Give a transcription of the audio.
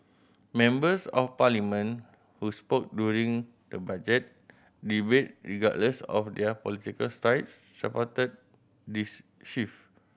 members of Parliament who spoke during the Budget debate regardless of their political stripes supported this shift